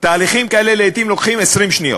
תהליכים כאלה לעתים לוקחים 20 שניות: